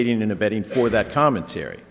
aiding and abetting for that commentary